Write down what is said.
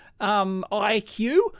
IQ